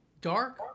Dark